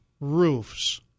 roofs